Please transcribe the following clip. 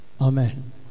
Amen